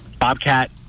Bobcat